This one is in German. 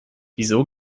wieso